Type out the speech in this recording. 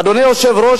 אדוני היושב-ראש,